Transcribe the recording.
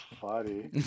funny